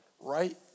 right